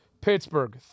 Pittsburgh